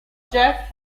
jeff